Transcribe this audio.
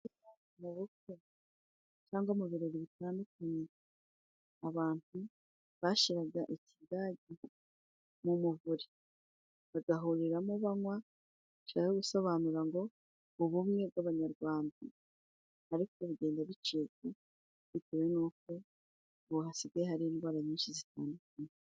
Mu bukwe cyangwa mu birori bitandukanye， abantu bashiraga ikigage mu muvure bagahuriramo banywa，bishaka gusobanura ngo ubumwe bw'abanyarwanda，ariko bigenda bicika bitewe n'uko ubu hasigaye hari indwara nyinshi zitandukanye.